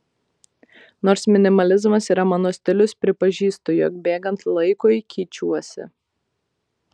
nors minimalizmas yra mano stilius pripažįstu jog bėgant laikui keičiuosi